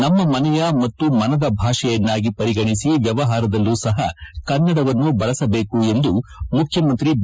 ನಮ್ಮ ಮನೆಯ ಮತ್ತು ಮನದ ಭಾಷೆಯನ್ನಾಗಿ ಪರಿಗಣಿಸಿ ವ್ಯವಹಾರದಲ್ಲೂ ಸಹ ಕನ್ನಡವನ್ನು ಬಳಸಬೇಕು ಎಂದು ಮುಖ್ಯಮಂತ್ರಿ ಬಿ